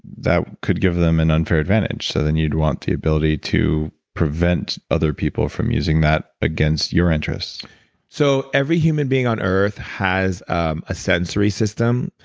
that could give them an and unfair advantage. so then you'd want the ability to prevent other people from using that against your interest so every human being on earth has a sensory system.